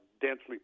densely